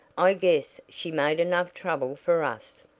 i guess she made enough trouble for us.